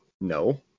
No